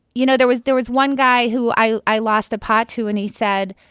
you know, there was there was one guy who i i lost a pot to, and he said,